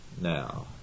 now